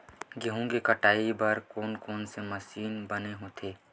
गेहूं के कटाई बर कोन कोन से मशीन बने होथे?